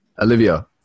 Olivia